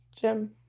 Jim